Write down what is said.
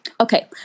Okay